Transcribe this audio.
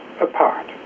apart